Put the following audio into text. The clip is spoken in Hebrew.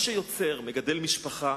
אדם שיוצר, מגדל משפחה,